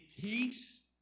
peace